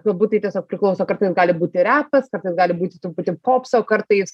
galbūt tai tiesiog priklauso kartais gali būti repas kartais gali būti truputį popso kartais